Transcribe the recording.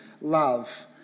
love